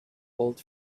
old